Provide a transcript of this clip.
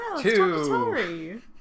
two